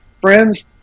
friends